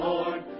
Lord